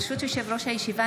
ברשות יושב-ראש הישיבה,